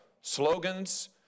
slogans